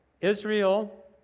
Israel